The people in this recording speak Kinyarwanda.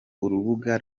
urubuga